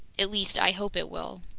at least i hope it will.